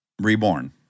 Reborn